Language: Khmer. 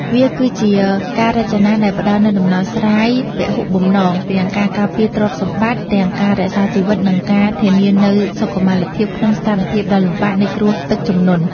វាគឺជាការរចនាដែលផ្តល់នូវដំណោះស្រាយពហុបំណង ទាំងការការពារទ្រព្យសម្បត្តិ ទាំងការរក្សាជីវិត និងការធានានូវសុខុមាលភាពក្នុងស្ថានភាពដ៏លំបាកនៃគ្រោះទឹកជំនន់។